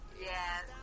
yes